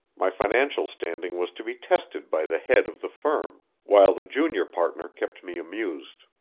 my financial standing was to be tested by the head of the firm, while the junior partner kept me amused.